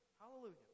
hallelujah